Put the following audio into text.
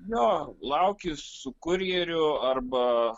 jo lauki su kurjeriu arba